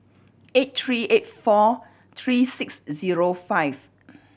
eight three eight four three six zero five